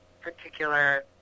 particular